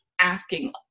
asking